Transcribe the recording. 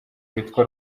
witwa